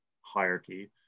hierarchy